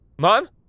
Mom